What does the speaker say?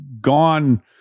gone